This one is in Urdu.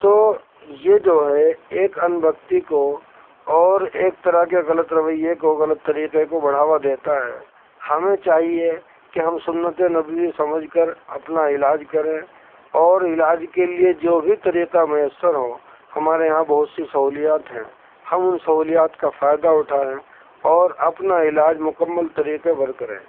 تو یہ جو ہے ایک اندھ بھکتی کو اور ایک طرح کے غلط رویے کو غلط طریقے کو بڑھاوا دیتا ہے ہمیں چاہیے کہ ہم سنت نبوی سمجھ کر اپنا علاج کریں اور علاج کے لیے جو بھی طریقہ میسر ہو ہمارے یہاں بہت سی سہولیات ہیں ہم ان سہولیات کا فائدہ اٹھائیں اور اپنا علاج مکمل طریقے پر کریں